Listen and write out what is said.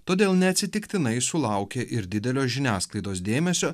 todėl neatsitiktinai sulaukė ir didelio žiniasklaidos dėmesio